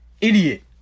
Idiot